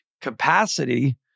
capacity